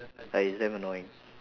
like it's damn annoying